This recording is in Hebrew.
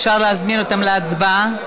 אפשר להזמין אותם להצבעה.